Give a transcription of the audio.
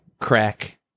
crack